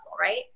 right